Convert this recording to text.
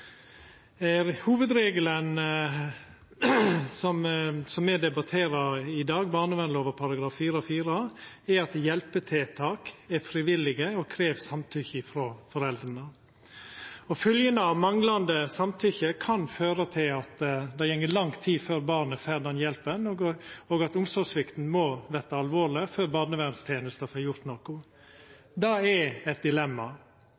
Hovudregelen som me debatterer i dag, barnevernslova § 4–4, er at hjelpetiltak er frivillige og krev samtykke frå foreldra. Følgjene av manglande samtykke kan føra til at det går lang tid før barnet får hjelp, og at omsorgssvikta må verta alvorleg før barnevernstenesta får gjort noko. Det er eit dilemma.